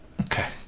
Okay